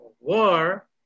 war